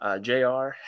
Jr